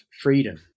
freedom